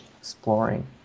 exploring